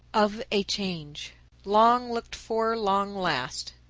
of a change long looked for long last,